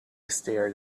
stared